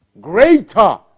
greater